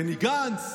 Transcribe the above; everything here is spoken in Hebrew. בני גנץ?